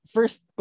First